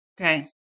Okay